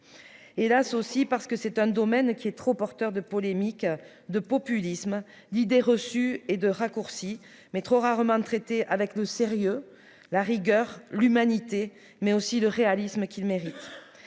hélas aussi parce que c'est un domaine qui est trop porteur de polémiques, de populisme d'idées reçues et de raccourcis, mais trop rarement traitée avec le sérieux, la rigueur, l'humanité, mais aussi de réalisme qu'il mérite,